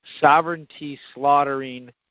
sovereignty-slaughtering